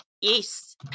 Yes